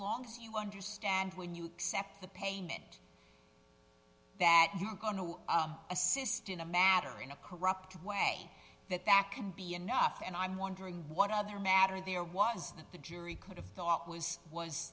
long as you understand when you except the paying it that you are going to assist in a matter in a corrupt way that that can be enough and i'm wondering what other matter there was that the jury could have thought was was